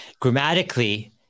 grammatically